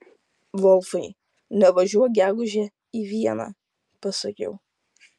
volfai nevažiuok gegužę į vieną pasakiau